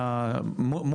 לרשות.